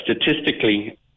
statistically